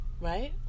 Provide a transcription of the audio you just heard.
Right